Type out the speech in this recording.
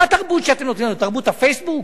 מה התרבות שאתם נותנים לנו, תרבות ה"פייסבוק"?